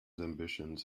ambitions